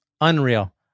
Unreal